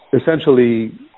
essentially